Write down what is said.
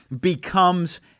becomes